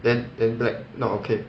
then then black not okay